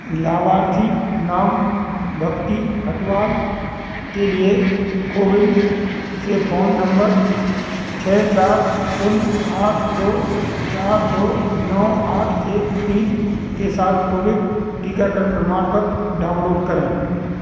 लाभार्थी नाम भक्ति हटवाल के लिए कोविन से फ़ोन नम्बर छः चार शून्य आठ दो चार दो नौ आठ एक तीन के साथ कोविड टीकाकरण प्रमाणपत्र डाउनलोड करें